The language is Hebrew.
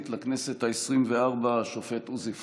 לכנסת העשרים-וארבע השופט עוזי פוגלמן,